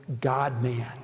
God-man